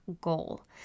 goal